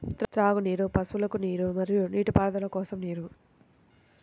త్రాగునీరు, పశువులకు నీరు మరియు నీటిపారుదల కోసం నీరు